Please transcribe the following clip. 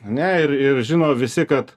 ane ir ir žino visi kad